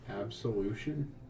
Absolution